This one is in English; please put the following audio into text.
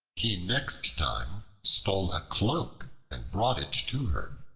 he next time stole a cloak and brought it to her,